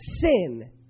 sin